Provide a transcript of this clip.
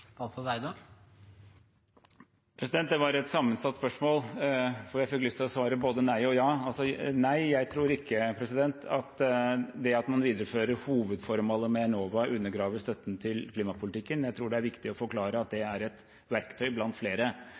Det var et sammensatt spørsmål, for jeg fikk lyst til å svare både nei og ja. Nei, jeg tror ikke at det at man viderefører hovedformålet med Enova, undergraver støtten til klimapolitikken. Jeg tror det er viktig å forklare at det er ett verktøy blant flere.